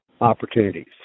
opportunities